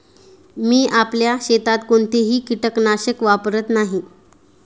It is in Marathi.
मी आपल्या शेतात कोणतेही कीटकनाशक वापरत नाही